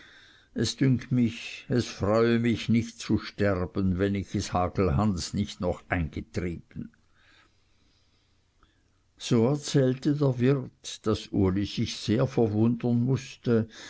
es dünkt mich es freue mich nicht zu sterben wenn ich es hagelhans nicht noch eingetrieben so erzählte der wirt daß uli sich sehr verwundern mußte